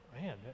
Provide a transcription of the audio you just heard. Man